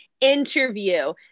interview